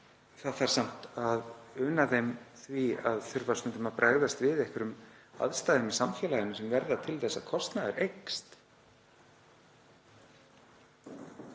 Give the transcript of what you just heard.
það þarf samt að una þeim því að þurfa stundum að bregðast við einhverjum aðstæðum í samfélaginu sem verða til þess að kostnaður eykst.